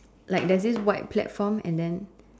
like there's this white platform and then